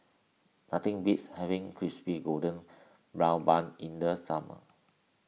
nothing beats having Crispy Golden Brown Bun in the summer